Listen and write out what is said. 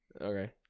okay